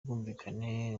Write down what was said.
ubwumvikane